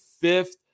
fifth